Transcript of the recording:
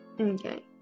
Okay